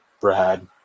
Brad